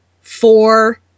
four